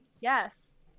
yes